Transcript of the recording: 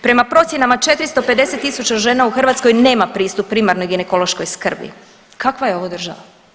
Prema procjenama 450.000 žena u Hrvatskoj nema pristup primarnoj ginekološkoj skrbi, kakva je ovo država?